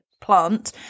plant